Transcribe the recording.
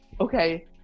okay